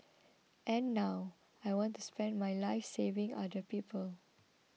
and now I want to spend my life saving other people